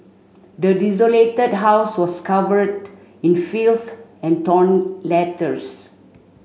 the desolated house was covered in filth and torn letters